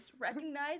Recognize